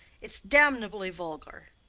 it's damnably vulgar.